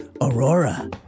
Aurora